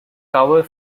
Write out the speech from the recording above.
cover